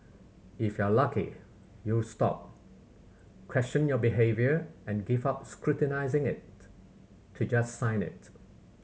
if you're lucky you'll stop question your behaviour and give up scrutinising it to just sign it